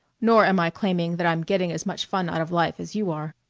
nor am i claiming that i'm getting as much fun out of life as you are.